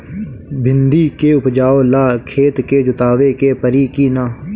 भिंदी के उपजाव ला खेत के जोतावे के परी कि ना?